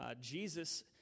Jesus